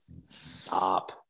stop